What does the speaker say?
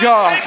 God